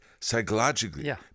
psychologically